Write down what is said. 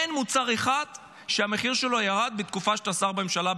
אין מוצר אחד שהמחיר שלו ירד בתקופה שאתה שר בממשלה,